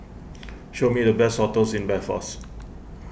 show me the best hotels in Belfast